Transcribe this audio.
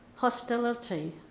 hostility